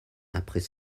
après